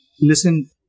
listen